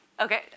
Okay